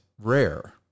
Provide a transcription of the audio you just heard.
rare